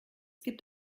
gibt